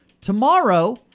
tomorrow